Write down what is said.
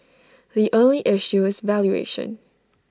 the only issue is valuation